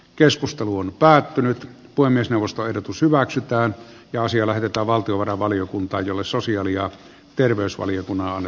keskustelu on päättynyt puhemiesneuvosto ehdotus hyväksytään ja asia lähetetään valtiovarainvaliokuntaan jolle sosiaali ja terveysvaliokunnan